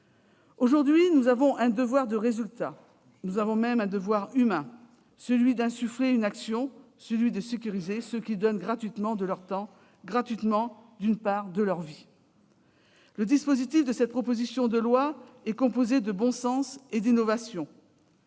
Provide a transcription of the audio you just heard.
Aujourd'hui, nous avons un devoir de résultat. Nous avons même un devoir humain : celui d'engager une action, de sécuriser ceux qui donnent gratuitement de leur temps, qui donnent gratuitement une part de leur vie. Le dispositif de cette proposition de loi repose sur le bon sens et l'innovation.